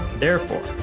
therefore,